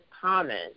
common